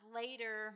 later